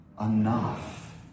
enough